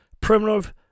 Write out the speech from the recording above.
Primitive